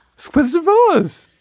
spitzer rose